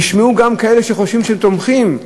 תשמעו גם כאלה שחושבים שהם תומכים,